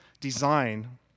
design